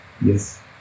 yes